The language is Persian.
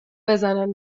بزنن